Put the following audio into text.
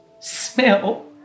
smell